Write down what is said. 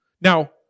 Now